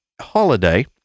holiday